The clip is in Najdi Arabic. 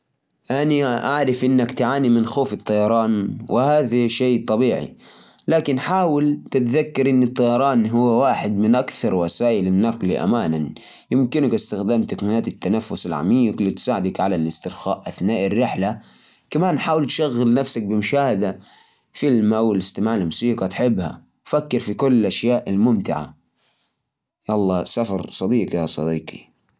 يا حبيبي، أفهم شعورك ركوب الطائرات ممكن يكون مخيف بس تذكر إن الأمان فيها عالي جداً حاول تشغل نفسك بموسيقى أو فيلم أو حتى إقرأ كتاب تخيل إنك وصلت المكان اللي تحبه وتستمتع فيه كل شي بيمر وبتكون ذكريات حلوة بعدين صدقني